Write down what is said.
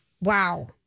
Wow